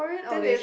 then they